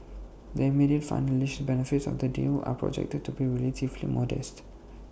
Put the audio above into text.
the immediate financial benefits of the deal are projected to be relatively modest